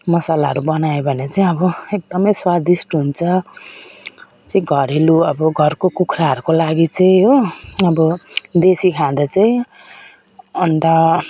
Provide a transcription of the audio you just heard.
मसालाहरू बनायो भने चाहिँ अब एकदम स्वादिष्ट हुन्छ चाहिँ घरेलु अब घरको कुखुराहरूको लागि चाहिँ हो अब देसी खाँदा चाहिँ अन्त